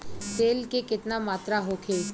तेल के केतना मात्रा होखे?